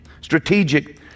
Strategic